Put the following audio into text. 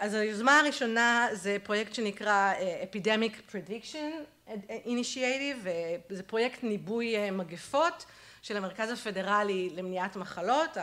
אז היוזמה הראשונה זה פרויקט שנקרא Epidemic Prediction Initiative, זה פרויקט ניבוי מגפות של המרכז הפדרלי למניעת מחלות